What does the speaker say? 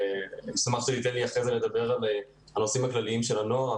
אשמח שתיתן לי אחרי זה לדבר על הנושאים הכלליים של הנוער,